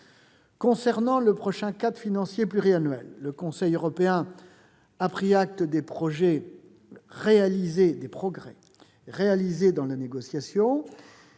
Concernant le prochain cadre financier pluriannuel, le Conseil européen a pris acte des progrès réalisés dans la négociation.